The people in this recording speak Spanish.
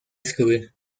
escribir